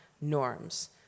norms